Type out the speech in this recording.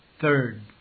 Third